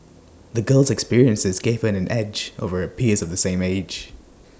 the girl's experiences gave her an edge over her peers of the same age